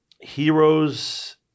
Heroes